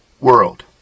world